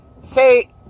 Say